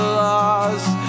lost